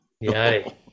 Yay